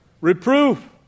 reproof